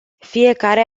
fiecare